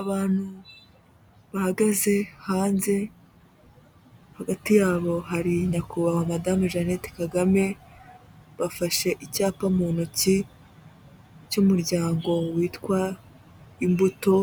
Abantu bahagaze hanze, hagati yabo hari nyakubahwa madame Jeannette Kagame bafashe icyapa mu ntoki cy'umuryango witwa Imbuto,